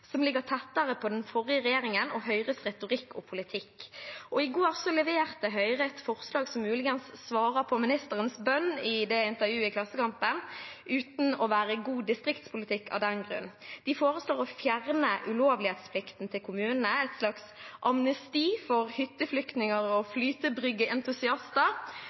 som ligger tettere på den forrige regjeringen og Høyres retorikk og politikk. I går leverte Høyre et forslag som muligens svarer på ministerens bønn i intervjuet i Klassekampen, uten å være god distriktspolitikk av den grunn. De foreslår å fjerne kommunenes ulovlighetsplikt, et slags amnesti for hytteflyktninger og